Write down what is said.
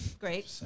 Great